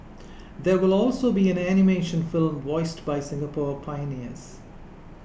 there will also be an animation film voiced by Singapore pioneers